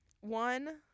One